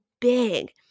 big